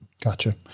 Gotcha